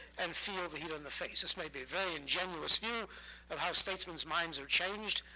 and feel the heat on the face. this may be a very ingenuous view of how statesmen minds are changed.